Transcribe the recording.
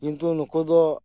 ᱠᱤᱱᱛᱩ ᱱᱩᱠᱩ ᱫᱚ